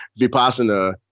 Vipassana